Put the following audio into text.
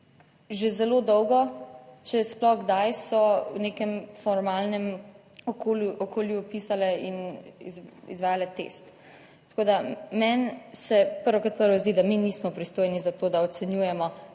že zelo dolgo, če sploh kdaj, so v nekem formalnem okolju pisale in izvajale test. Tako da, meni se prvo kot prvo zdi, da mi nismo pristojni za to, da ocenjujemo,